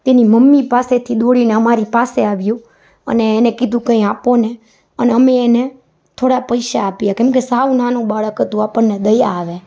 તેની મમ્મી પાસેથી દોડીને અમારી પાસે આવ્યું અને એને કીધું કંઇ આપોને અને અમે એને થોડા પૈસા આપ્યાં કેમકે સાવ નાનું બાળક હતું આપણને દયા આવે